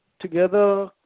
together